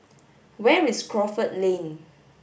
where is Crawford Lane